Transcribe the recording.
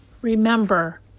Remember